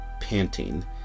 panting